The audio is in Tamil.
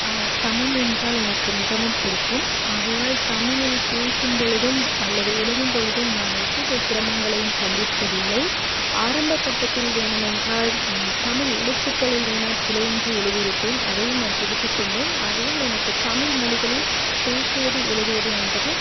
தமிழ் என்றால் எனக்கு மிகவும் பிடிக்கும் ஆகையால் தமிழில் பேசும் பொழுதும் அல்லது எழுதும் பொழுதும் நான் எவ்வித சிரமங்களையும் சந்தித்தது இல்லை ஆரம்ப கட்டத்தில் வேணும் என்றால் தமிழ் எழுத்துக்களில் வேணா பிழை இன்றி எழுதிருப்பேன் அதையும் நான் திருத்தி கொண்டேன் ஆகையால் எனக்கு தமிழ் மொழிகளில் பேசுவது எழுதுவது என்பது